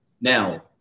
now